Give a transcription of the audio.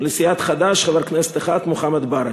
לסיעת חד"ש, חבר כנסת אחד: מוחמד ברכה.